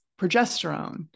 progesterone